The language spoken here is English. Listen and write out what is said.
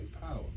power